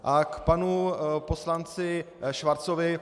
K panu poslanci Schwarzovi.